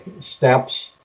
steps